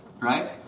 right